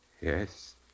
Yes